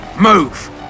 Move